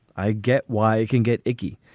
i get why you can get icky.